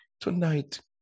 Tonight